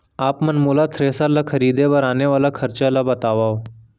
आप मन मोला थ्रेसर ल खरीदे बर आने वाला खरचा ल बतावव?